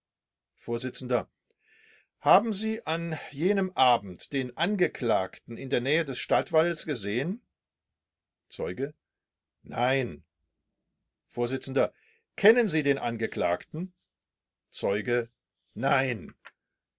vors haben sie an jenem abend den angeklagten in der nähe des stadtwaldes gesehen zeuge nein vors kennen sie den angeklagten zeuge nein